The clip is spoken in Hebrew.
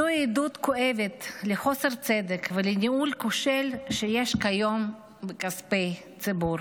זו עדות כואבת לחוסר צדק ולניהול כושל שיש כיום בכספי ציבור.